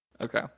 Okay